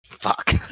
Fuck